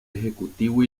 ejecutivo